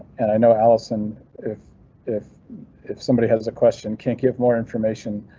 and i know allison if if if somebody has a question can't give more information.